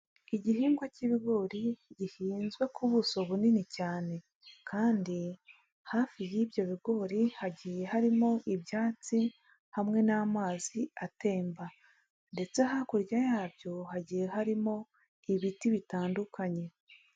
Igihingwa cy'ibigori gihinzwe ku buso bunini cyane. Kandi hafi y'ibyo bigori hagiye harimo ibyatsi, hamwe n'amazi atemba. Ndetse hakurya yabyo hagiye harimo ibiti bitandukanye.